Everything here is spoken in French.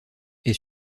est